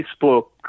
Facebook